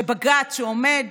שבג"ץ, שעומד